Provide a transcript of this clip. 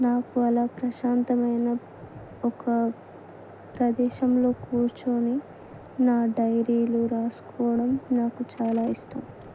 నాకు అలా ప్రశాంతమైన ఒక ప్రదేశంలో కూర్చొని నా డైరీలు రాసుకోవడం నాకు చాలా ఇష్టం